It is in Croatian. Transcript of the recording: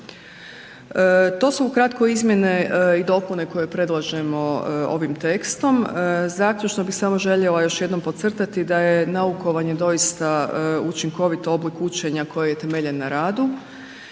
To su ukratko izmjene i dopune koje predlažemo ovim tekstom. Zaključno bih samo željela još jednom podcrtati da je naukovanje doista učinkovit oblik učenja koji je temeljen na radi